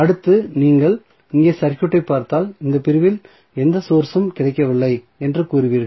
அடுத்து நீங்கள் இங்கே சர்க்யூட்டை பார்த்தால் இந்த பிரிவில் எந்த சோர்ஸ் ம் கிடைக்கவில்லை என்று கூறுவீர்கள்